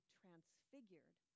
transfigured